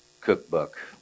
Cookbook